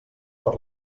per